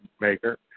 maker